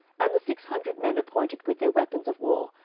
and the six hundred men appointed with their weapons of war,